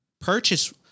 Purchase